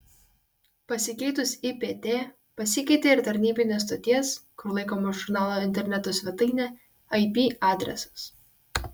pasikeitus ipt pasikeitė ir tarnybinės stoties kur laikoma žurnalo interneto svetainė ip adresas